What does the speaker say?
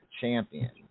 champion